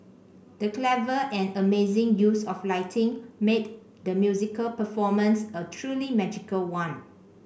the clever and amazing use of lighting made the musical performance a truly magical one